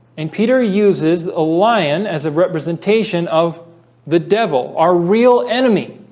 and peter uses the ah lion as a but presentation of the devil our real enemy